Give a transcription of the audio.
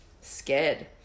scared